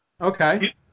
Okay